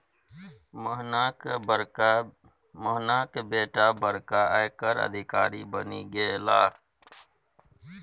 मोहनाक बेटा बड़का आयकर अधिकारी बनि गेलाह